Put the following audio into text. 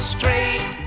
Straight